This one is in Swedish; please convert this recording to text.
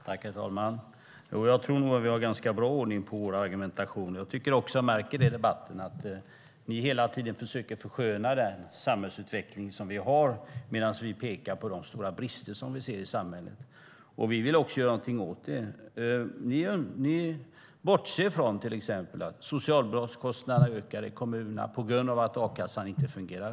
Herr talman! Jag tror att vi har ganska bra ordning på vår argumentation. Jag märker i debatten att ni hela tiden försöker försköna den samhällsutveckling som vi har, medan vi pekar på de stora brister som vi ser i samhället. Vi vill också göra någonting åt dem. Ni bortser till exempel från att socialbidragskostnaderna ökar i kommunerna på grund av att a-kassan inte fungerar.